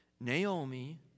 Naomi